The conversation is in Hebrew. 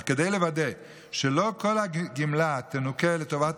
אך כדי לוודא שלא כל הגמלה תנוכה לטובת